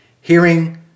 hearing